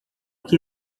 que